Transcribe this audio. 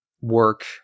work